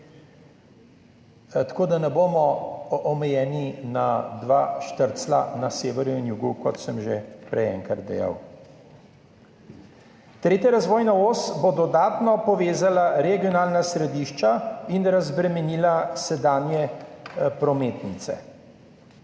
tako da ne bomo omejeni na dva štrclja na severu in jugu, kot sem že prej enkrat dejal. Tretja razvojna os bo dodatno povezala regionalna središča in razbremenila sedanje prometnice.